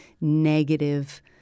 negative